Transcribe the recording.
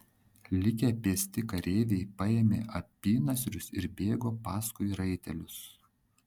likę pėsti kareiviai paėmė apynasrius ir bėgo paskui raitelius